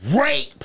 Rape